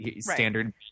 standard